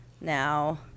now